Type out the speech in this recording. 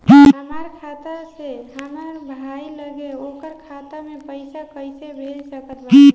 हमार खाता से हमार भाई लगे ओकर खाता मे पईसा कईसे भेज सकत बानी?